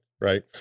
right